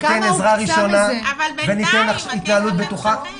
ניתן עזרה ראשונה וניתן התנהלות בטוחה.